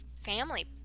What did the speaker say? family